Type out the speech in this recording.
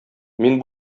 мин